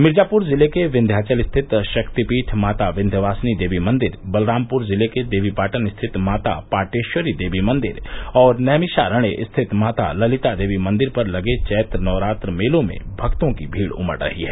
मिर्जाप्र जिले के विन्ध्याचल स्थित शक्तिपीठ माता विन्ध्यवासिनी देवी मंदिर बलरामपुर जिले के देवीपाटन स्थित माता पाटेश्वरी देवी मंदिर और नैमिषारण्य स्थित माता ललिता देवी मंदिर पर लगे चैत्र नवरात्र मेलो में भक्तों की भीड़ उमड़ पड़ी है